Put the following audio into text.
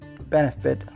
benefit